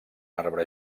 arbre